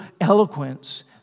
eloquence